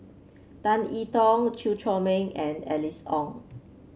Tan I Tong Chew Chor Meng and Alice Ong